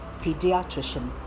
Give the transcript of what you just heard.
pediatrician